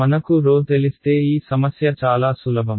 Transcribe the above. మనకు ⍴ తెలిస్తే ఈ సమస్య చాలా సులభం